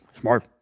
Smart